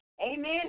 Amen